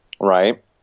right